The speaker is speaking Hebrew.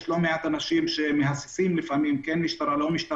יש לא מעט אנשים שמהססים לפעמים אם לפנות למשטרה או לא,